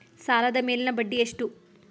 ಸಾಲದ ಮೇಲಿನ ಬಡ್ಡಿ ಎಷ್ಟು?